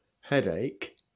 headache